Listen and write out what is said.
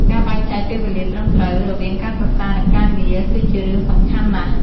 ការបែងចែកពេលវេលាត្រឹមត្រូវ រវាងការសិក្សា និងការងារ គឺជារឿងសំខាន់ណាស់។